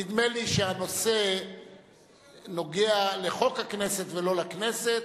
נדמה לי שהנושא נוגע לחוק הכנסת ולא לכנסת.